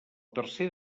tercer